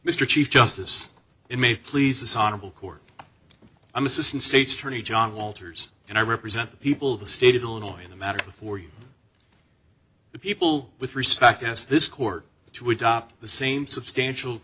mr chief justice it may please honorable court i'm assistant state's attorney john walters and i represent the people of the state of illinois in a matter before you people with respect as this court to adopt the same substantial